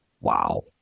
Wow